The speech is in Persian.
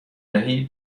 دهی